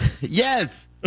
Yes